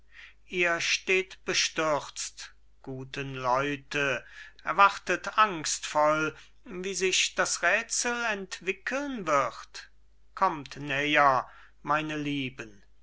ihr steht bestürzt guten leute erwartet angstvoll wie sich das räthsel entwickeln wird kommt näher meine lieben